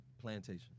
plantation